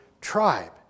tribe